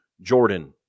Jordan